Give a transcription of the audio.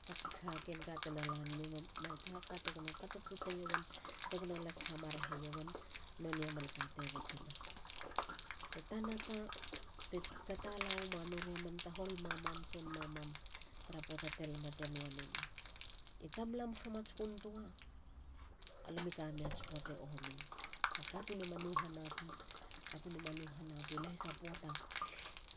Sahaken ka tena lanami mam. na sahaken ka tegona kato poutseiowen. tegona las hamaraheiowen nonei a manka te butuna. A tanaka. ti tatala wama nori aman tahol mamam. tson mamam tara poata te lama te nuane ni. I tamalam hamatskuntua. alami kamei ats poate omi. a katun e ma nou hanapi. katune ma nou hanapi a lahisa poata